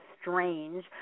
strange